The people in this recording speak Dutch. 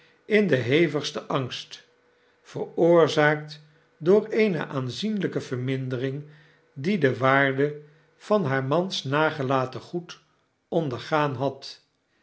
in den hevigsten angst veroorzaakt door eene aanzienlijke vermindering die de waarde van haar mans nagelaten goed ondergaan had